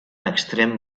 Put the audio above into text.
extrem